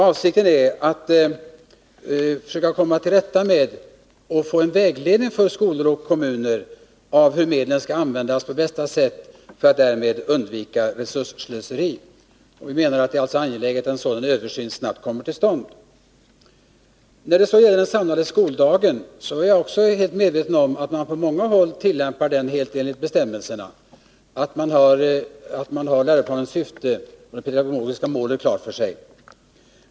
Avsikten är att försöka komma till rätta med och undvika resursslöseri genom att få en vägledning för skolor och kommuner av hur medlen bör användas på bästa sätt. Det är angeläget att en sådan översyn snabbt kommer till stånd. När det gäller den samlade skoldagen är jag också helt medveten om att man på många håll tillämpar bestämmelserna helt korrekt, att man har läroplanens syfte och det pedagogiska målet klart för sig.